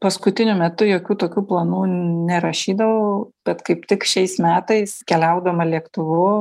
paskutiniu metu jokių tokių planų nerašydavau bet kaip tik šiais metais keliaudama lėktuvu